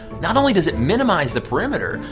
not only does it minimize the perimeter,